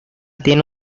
tiene